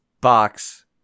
box